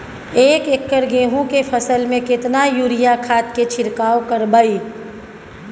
एक एकर गेहूँ के फसल में केतना यूरिया खाद के छिरकाव करबैई?